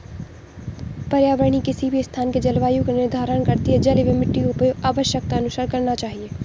पर्यावरण ही किसी भी स्थान के जलवायु का निर्धारण करती हैं जल एंव मिट्टी का उपयोग आवश्यकतानुसार करना चाहिए